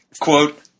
quote